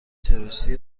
تروریستی